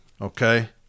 okay